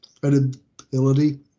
credibility